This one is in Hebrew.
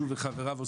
הוא וחבריו,